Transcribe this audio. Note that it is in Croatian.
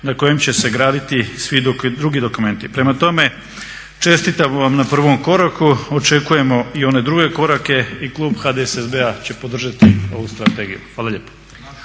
na kojem će se graditi i svi drugi dokumenti. Prema tome, čestitamo vam na prvom koraku. Očekujemo i one druge korake i klub HDSSB-a će podržati ovu strategiju. Hvala lijepo.